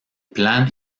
plan